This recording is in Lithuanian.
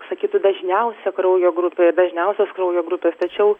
sakytų dažniausia kraujo grupė dažniausios kraujo grupės tačiau